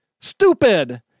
Stupid